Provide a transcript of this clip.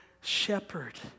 shepherd